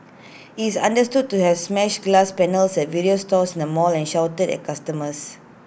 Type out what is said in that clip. he is understood to has smashed glass panels at various stores in the mall and shouted at customers